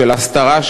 של הסתרה,